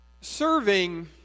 Serving